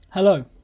Hello